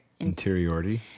interiority